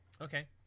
Okay